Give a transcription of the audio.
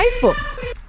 Facebook